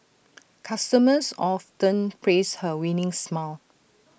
customers often praise her winning smile